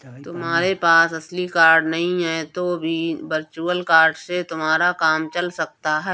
तुम्हारे पास असली कार्ड नहीं है तो भी वर्चुअल कार्ड से तुम्हारा काम चल सकता है